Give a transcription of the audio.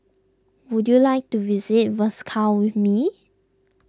would you like to visit Moscow with me